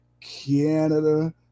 Canada